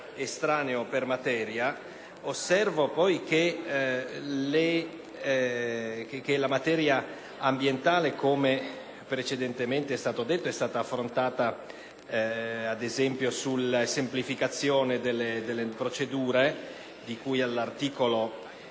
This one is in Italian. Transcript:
della materia. Osservo inoltre che la materia ambientale, come precedentemente estato detto, e stata affrontata, ad esempio, con riguardo alla semplificazione delle procedure, di cui all’articolo